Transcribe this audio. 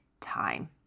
time